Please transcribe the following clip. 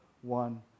One